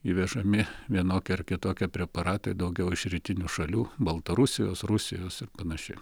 įvežami vienokie ar kitokie preparatai daugiau iš rytinių šalių baltarusijos rusijos ir panašiai